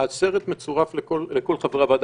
הסרט מצורף לכל חברי הוועדה.